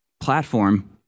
platform